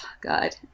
God